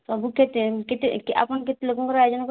ସବୁ କେତେ କେତେ ଆପଣ କେତେ ଲୋକଙ୍କର ଆୟୋଜନ କରିଛନ୍ତି